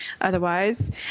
otherwise